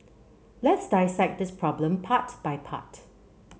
let's dissect this problem part by part